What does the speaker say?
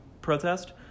protest